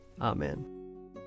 Amen